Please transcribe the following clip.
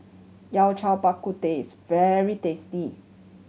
Yao Cai Bak Kut Teh is very tasty